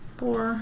four